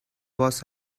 was